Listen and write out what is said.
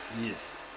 yes